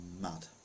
mad